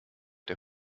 der